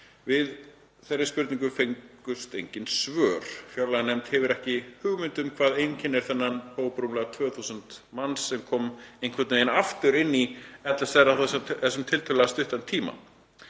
Við þeirri spurningu fengust engin svör. Fjárlaganefnd hefur ekki hugmynd um hvað einkennir þann hóp, rúmlega 2.000 manns, sem kom einhvern veginn aftur inn í LSR á þessum tiltölulega stutta tíma.